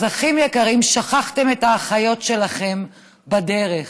אז אחים יקרים, שכחתם את האחיות שלכם בדרך.